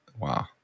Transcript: Wow